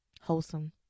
wholesome